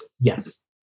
Yes